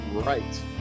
right